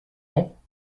bancs